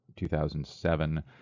2007